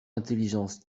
intelligences